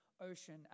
ocean